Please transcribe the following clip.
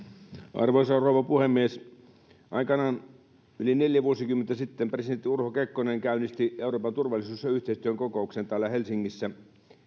arvoisa rouva puhemies aikanaan yli neljä vuosikymmentä sitten presidentti urho kekkonen käynnisti euroopan turvallisuus ja yhteistyökokouksen täällä helsingissä